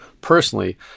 Personally